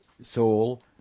soul